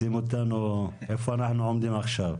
איפה אנחנו עומדים עכשיו.